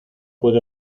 puedo